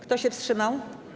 Kto się wstrzymał?